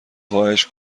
خواهش